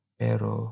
pero